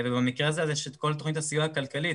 אז במקרה הזה יש את כל תוכנית הסיוע הכלכלית,